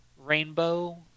rainbow